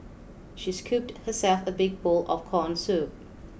she scooped herself a big bowl of corn soup